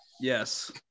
Yes